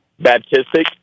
Baptistic